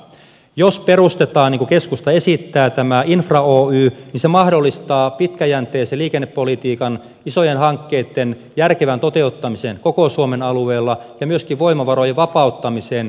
jos perustetaan niin kuin keskusta esittää tämä infra oy niin se mahdollistaa pitkäjänteisen liikennepolitiikan isojen hankkeitten järkevän toteuttamisen koko suomen alueella ja myöskin voimavarojen vapauttamisen perustienpitoon ja yksityistierahoitukseen